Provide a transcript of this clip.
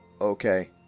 Okay